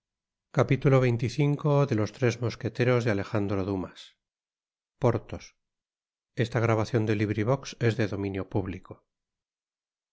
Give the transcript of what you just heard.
los tres mosqueteros mas